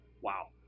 wow